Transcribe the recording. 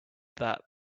that